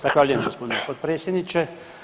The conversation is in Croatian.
Zahvaljujem gospodine potpredsjedniče.